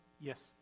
Yes